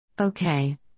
Okay